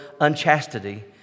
unchastity